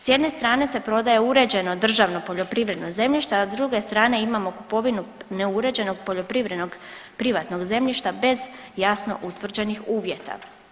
S jedne strane se prodaje uređeno državno poljoprivredno zemljište, a s druge strane imamo kupovinu neuređenog poljoprivrednog privatnog zemljišta bez jasno utvrđenih uvjeta.